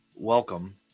Welcome